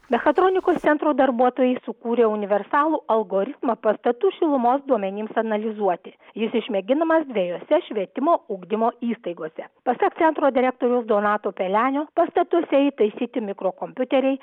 mechatronikos centro darbuotojai sukūrė universalų algoritmą pastatų šilumos duomenims analizuoti jis išmėginamas dvejose švietimo ugdymo įstaigose pasak centro direktoriaus donato pelenio pastatuose įtaisyti mikrokompiuteriai